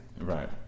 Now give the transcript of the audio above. right